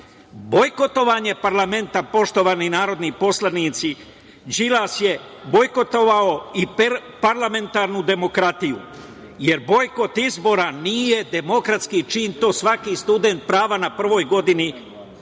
bojkotovanje parlamenta, poštovani narodni poslanici Đilas je bojkotovao i parlamentarnu demokratiju, jer bojkot izbora nije demokratski čin, to svaki student prava na prvoj godini